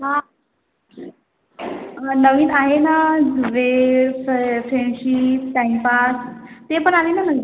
हा नवीन आहे ना वेळ फे फ्रेंडशिप टाईमपास ते पण आले ना नवीन